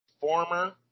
former